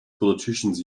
politicians